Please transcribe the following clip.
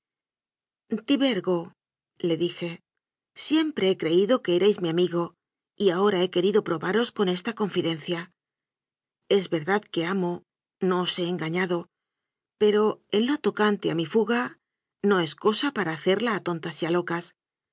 tibergole dije siempre he creído que erais mi amigo y ahora he querido probaros con esta confidencia es verdad que amo no os he en gañado pero en lo tocante a mi fuga no es cosa para hacerla a tontas y a locas